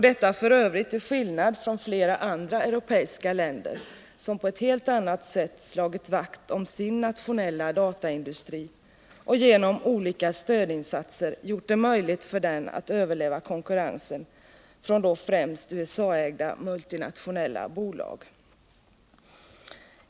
Detta f. ö. till skillnad från flera andra europeiska länder, som på ett helt annat sätt slagit vakt om sin nationella dataindustri och genom olika stödinsatser gjort det möjligt för den att överleva konkurrensen från främst USA-ägda multinationella bolag.